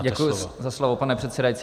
Děkuji za slovo, pane předsedající.